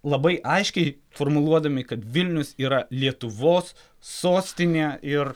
labai aiškiai formuluodami kad vilnius yra lietuvos sostinė ir